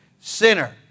sinner